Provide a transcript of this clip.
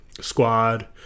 squad